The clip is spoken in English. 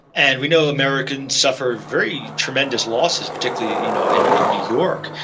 and we know americans suffer very tremendous losses, particularly you know in in new york,